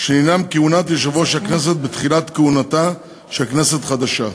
שעניינן כהונת יושב-ראש הכנסת בתחילת כהונתה של כנסת חדשה.